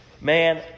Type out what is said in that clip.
Man